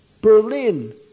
Berlin